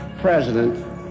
president